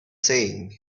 saying